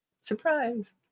surprise